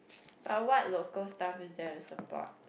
but what local stuff is there to support